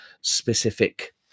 specific